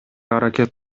аракет